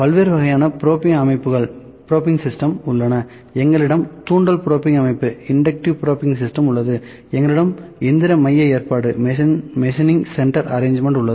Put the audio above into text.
பல்வேறு வகையான ப்ரோபிங் அமைப்புகள் உள்ளன எங்களிடம் தூண்டல் ப்ரோபிங் அமைப்பு உள்ளது எங்களிடம் எந்திர மைய ஏற்பாடு உள்ளது